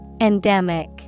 Endemic